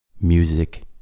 Music